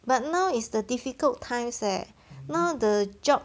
but now is the difficult times eh now the job